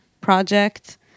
project